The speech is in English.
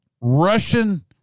Russian